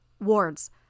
Wards